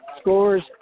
scores